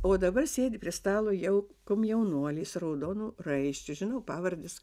o dabar sėdi prie stalo jau komjaunuolis raudonu raiščiu žinau pavardes